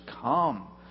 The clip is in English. come